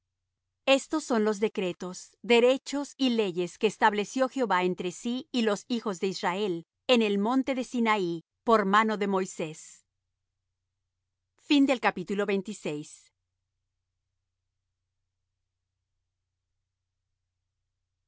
estos son los decretos derechos y leyes que estableció jehová entre sí y los hijos de israel en el monte de sinaí por mano de moisés y